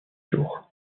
jours